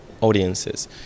audiences